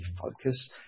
focus